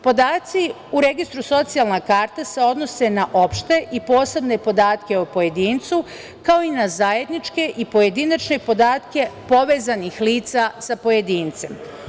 Podaci u registru socijalna karta se odnose na opšte i posebne podatke o pojedincu, kao i na zajedničke i pojedinačne podatke povezanih lica sa pojedincem.